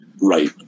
Right